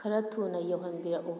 ꯈꯔ ꯊꯨꯅ ꯌꯧꯍꯟꯕꯤꯔꯛꯎ